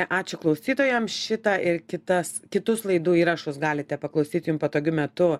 ačiū klausytojams šitą ir kitas kitus laidų įrašus galite paklausyti jum patogiu metu